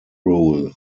rule